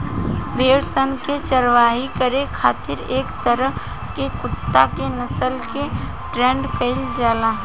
भेड़ सन के चारवाही करे खातिर एक तरह के कुत्ता के नस्ल के ट्रेन्ड कईल जाला